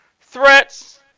threats